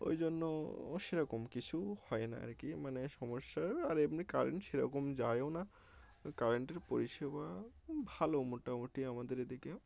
ওই জন্য সেরকম কিছু হয় না আর কি মানে সমস্যার আর এমনি কারেন্ট সেরকম যায়ও না কারেন্টের পরিষেবা ভালো মোটামুটি আমাদের এদিকে